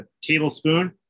tablespoon